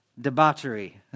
Debauchery